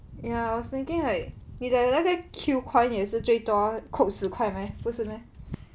ya I was thinking like 你的那个 Q coin 也是最多扣十块 meh 不是 meh